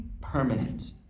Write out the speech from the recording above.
permanent